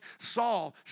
Saul